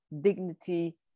dignity